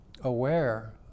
aware